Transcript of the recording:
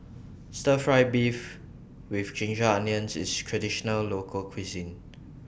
Stir Fry Beef with Ginger Onions IS A Traditional Local Cuisine